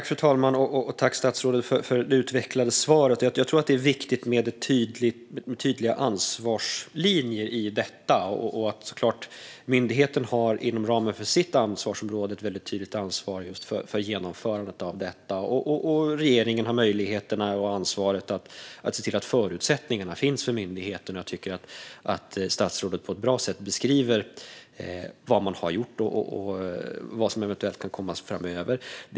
Fru talman! Tack, statsrådet, för det utvecklade svaret! Jag tror att det är viktigt med tydliga ansvarslinjer. Myndigheten har så klart inom ramen för sitt ansvarsområde ett väldigt tydligt ansvar för genomförandet av detta. Regeringen har möjligheter och ansvar att se till att det finns förutsättningar för myndigheten. Jag tycker att statsrådet på ett bra sätt beskriver vad man har gjort och vad som eventuellt kan komma framöver.